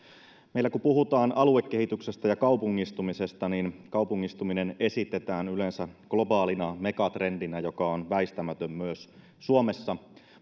meillä puhutaan aluekehityksestä ja kaupungistumisesta kaupungistuminen esitetään yleensä globaalina megatrendinä joka on väistämätön myös suomessa